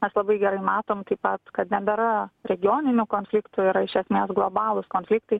mes labai gerai matom taip pat kad nebėra regioninių konfliktų yra iš esmės globalūs konfliktai